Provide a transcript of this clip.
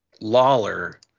Lawler